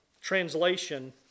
translation